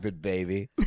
baby